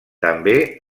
també